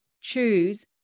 choose